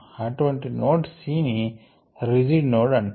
అటువంటి node C ని rigid node అంటారు